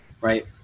right